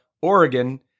Oregon